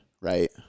right